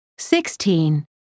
Sixteen